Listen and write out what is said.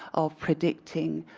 of predicting